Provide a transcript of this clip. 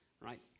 right